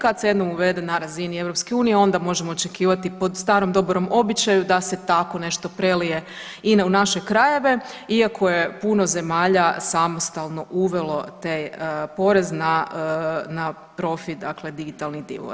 Kada se jednom uvede na razini Europske unije onda možemo očekivati po starom dobrom običaju da se tako nešto prelije i u naše krajeve iako je puno zemalja samostalno uvelo taj porez na profit dakle digitalnih divova.